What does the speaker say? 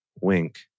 Wink